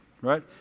right